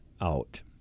out